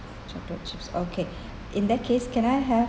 chocolate chips okay in that case can I have